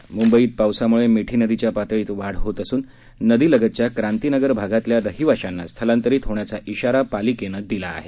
म्ंबईत पावसाम्ळे मिठी नदीच्या पातळीत वाढ होत असून नदीलगतच्या क्रांतीनगर भागातल्या राहिवाशाना स्थलांतरित होण्याचा इशारा पालिकेने दिला आहे